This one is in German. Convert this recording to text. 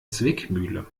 zwickmühle